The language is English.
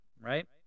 right